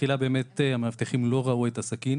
תחילה באמת המאבטחים לא ראו את הסכין,